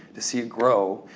to see it grow,